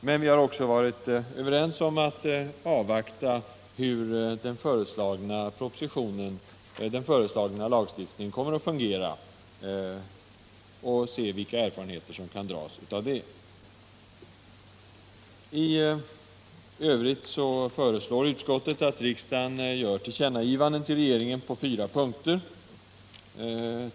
Men vi har också varit överens om att följa hur den föreslagna lagstiftningen kommer att fungera, och vilka erfarenheter som kan dras därav. I övrigt föreslår utskottet att riksdagen gör tillkännagivanden till regeringen på fyra punkter.